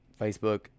facebook